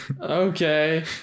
Okay